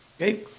Okay